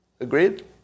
Agreed